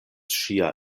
ŝia